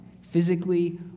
physically